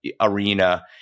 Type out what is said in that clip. arena